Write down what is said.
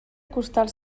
acostar